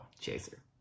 chaser